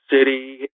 city